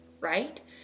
right